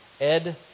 Ed